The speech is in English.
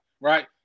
right